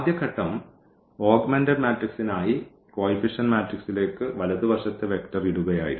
ആദ്യ ഘട്ടം ഓഗ്മെന്റഡ് മാട്രിക്സിനായി കോയിഫിഷ്യന്റ് മാട്രിക്സിലേക്ക് വലതുവശത്തെ വെക്ടർ ഇടുകയായിരുന്നു